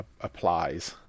applies